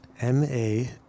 M-A